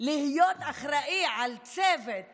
להיות אחראי על צוות